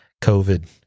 COVID